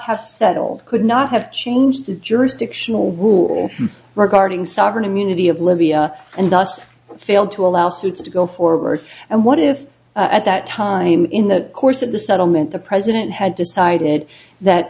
have settled could not have changed the jurisdictional rule regarding sovereign immunity of libya and thus failed to allow suits to go forward and what if at that time in the course of the settlement the president had decided that